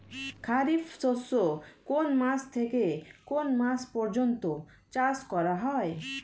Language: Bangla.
খারিফ শস্য কোন মাস থেকে কোন মাস পর্যন্ত চাষ করা হয়?